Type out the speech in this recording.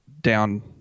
down